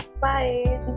bye